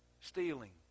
Stealing